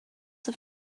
have